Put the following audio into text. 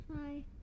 hi